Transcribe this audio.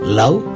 love